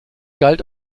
galt